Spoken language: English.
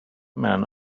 men